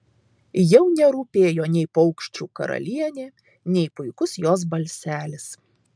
jau nerūpėjo nei paukščių karalienė nei puikus jos balselis